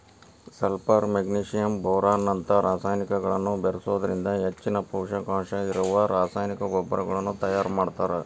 sulphur magnesium boron ನಂತ ರಸಾಯನಿಕಗಳನ್ನ ಬೇರಿಸೋದ್ರಿಂದ ಹೆಚ್ಚಿನ ಪೂಷಕಾಂಶ ಇರೋ ರಾಸಾಯನಿಕ ಗೊಬ್ಬರಗಳನ್ನ ತಯಾರ್ ಮಾಡ್ತಾರ